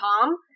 Tom